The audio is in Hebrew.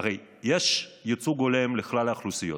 הרי יש ייצוג הולם לכלל האוכלוסיות,